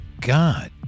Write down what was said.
God